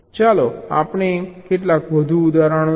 ચાલો આપણે કેટલાક વધુ ઉદાહરણો જોઈએ